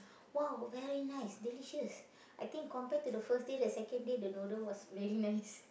!wow! very nice delicious I think compared to the first day the second day the noodle was very nice